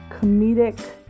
comedic